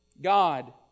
God